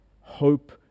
Hope